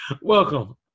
Welcome